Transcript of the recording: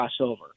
crossover